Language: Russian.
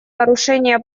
нарушения